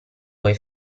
vuoi